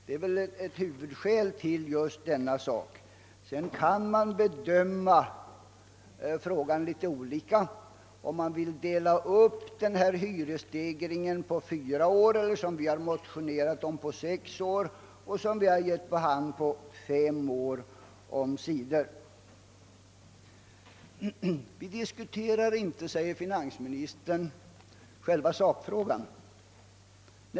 Man kan naturligtvis ha olika uppfattningar och diskutera, om man vill dela upp hyresstegringen på fyra år eller, som vi har motionerat om, på sex år, eller — som vi omsider har gått med på under hand — på fem år. Vi diskuterar inte, säger finansministern, själva sakfrågan här.